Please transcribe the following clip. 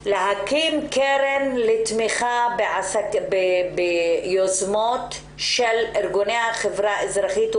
להקים קרן לתמיכה ביוזמות של ארגוני החברה האזרחית,